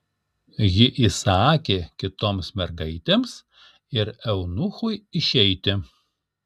ji įsakė kitoms mergaitėms ir eunuchui išeiti